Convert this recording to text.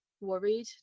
worried